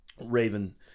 Raven